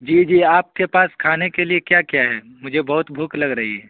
جی جی آپ کے پاس کھانے کے لیے کیا کیا ہے مجھے بہت بھوک لگ رہی ہے